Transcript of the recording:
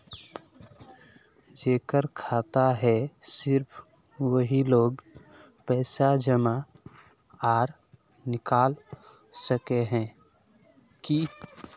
जेकर खाता है सिर्फ वही लोग पैसा जमा आर निकाल सके है की?